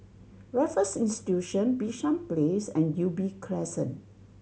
Raffles Institution Bishan Place and Ubi Crescent